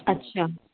अच्छा